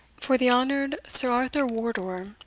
for the honoured sir arthur wardour,